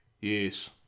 Yes